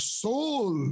soul